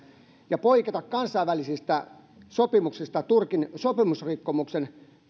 ja poiketa kansainvälisistä sopimuksista turkin sopimusrikkomuksen